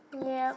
ya